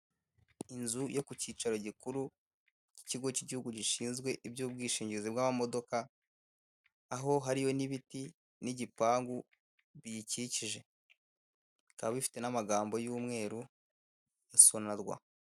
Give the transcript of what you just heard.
Inzu yo ku cyicaro gikuru cy'ikigo cy'igihugu gishinzwe iby'ubwishingizi bw'amamodoka, aho hariyo n'ibiti n'igipangu biyikikije bikaba bifite n'amagambo y'umweru ya SONARWA.